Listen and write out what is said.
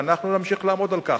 ואנחנו נמשיך לעמוד על כך.